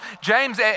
James